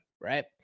right